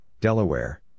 Delaware